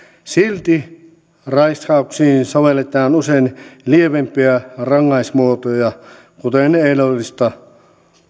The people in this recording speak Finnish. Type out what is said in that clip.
silti raiskauksiin sovelletaan usein lievempiä rangaistusmuotoja kuten ehdollista